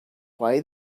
why